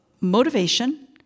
motivation